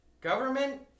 Government